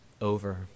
over